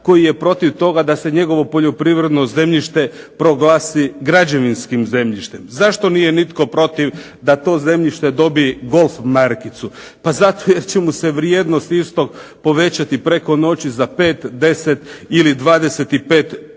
koji je protiv toga da se njegovo poljoprivredno zemljište proglasi građevinskim zemljištem. Zašto nije nitko protiv da to zemljište dobije golf markicu? Pa zato jer će mu se vrijednost istog povećati preko noći za 5, 10 ili 25 puta.